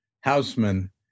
houseman